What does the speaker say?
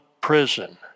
prison